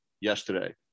yesterday